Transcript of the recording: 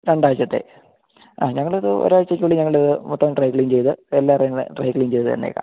രണ്ടാഴ്ച്ചത്തെ ആ ഞങ്ങളൊരു ഒരാഴ്ച്ചയ്ക്കുള്ളില് ഞങ്ങൾ മൊത്തം ഡ്രൈ ക്ലീന് ചെയ്ത് എല്ലാവരുടേയും കൂടെ ഡ്രൈ ക്ലീന് ചെയ്ത് തന്നേക്കാം